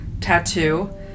tattoo